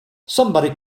somebody